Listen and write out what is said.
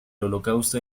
holocausto